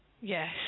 yes